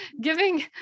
giving